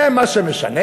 זה מה שמשנה?